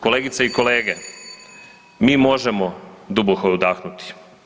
Kolegice i kolege, mi možemo duboko udahnuti.